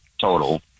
total